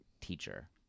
teacher